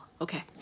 okay